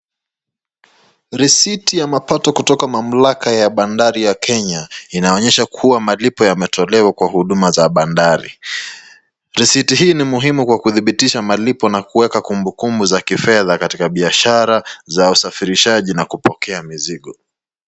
Risiti ya kupata malipo kutoka mamlaka ya bandari ya kenya inaonyesha kuwa malipo yametolewa kwa huduma za bandari. Risiti hii ni muhimu kwa kudhibitisha malipo na kuweka kumbukumbu za kifedha katika biashara za usafirishaji na kupokea mizigo.